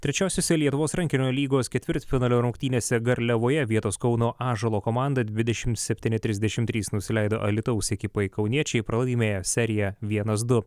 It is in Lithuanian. trečiosiose lietuvos rankinio lygos ketvirtfinalio rungtynėse garliavoje vietos kauno ąžuolo komanda dvidešim septyni trisdešim trys nusileido alytaus ekipai kauniečiai pralaimėjo seriją vienas du